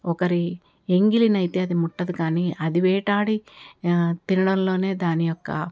ఒకరి ఎంగిలినైతే అది ముట్టదు కానీ అది వేటాడి తినడంలోనే దాని యొక్క